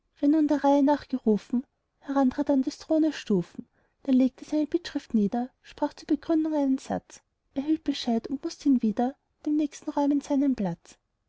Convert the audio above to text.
der reihe nach gerufen herantrat an des thrones stufen der legte seine bittschrift nieder sprach zur begründung einen satz erhielt bescheid und mußt hinwieder dem nächsten räumen seinen platz